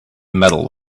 metal